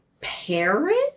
parents